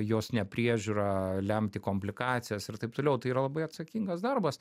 jos nepriežiūra lemti komplikacijas ir taip toliau tai yra labai atsakingas darbas